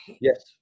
Yes